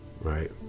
Right